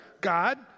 God